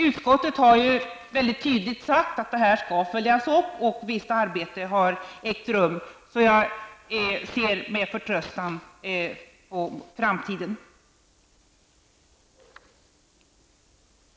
Utskottet har mycket tydligt sagt att det här skall följas upp, och visst arbete har ägt rum. Jag ser med förtröstan på framtiden.